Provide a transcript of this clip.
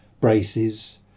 braces